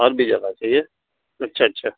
اور بھی زیادہ چاہیے اچھا اچھا